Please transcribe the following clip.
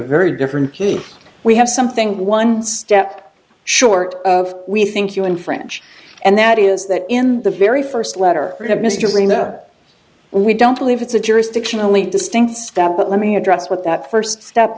very different key we have something one step short of we think you in french and that is that in the very first letter you have mr lena we don't believe it's a jurisdictionally distinct step but let me address what that first step